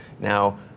now